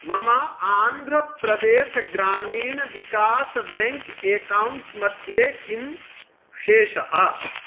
मम आन्ध्रप्रदेश ग्रामीण विकास् बैङ्क् एकौण्ट्स् मध्ये किं शेषः